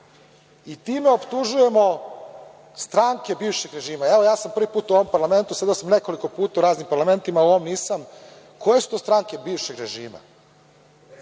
i time optužujemo stranke bivšeg režima. Evo, prvi put sam u ovom parlamentu, sedeo sam nekoliko puta u raznim parlamentima, u ovom nisam, koje su to stranke bivšeg režima.